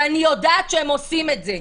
ואני יודעת שהם עושים את זה.